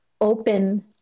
open